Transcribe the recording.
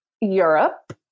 Europe